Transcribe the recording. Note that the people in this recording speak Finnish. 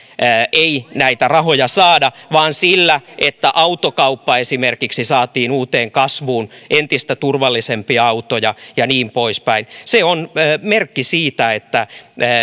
ei näitä rahoja saada vaan sillä että autokauppa esimerkiksi saatiin uuteen kasvuun entistä turvallisempia autoja ja niin poispäin se on merkki siitä että